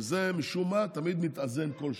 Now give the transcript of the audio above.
וזה משום מה תמיד מתאזן כל שנה.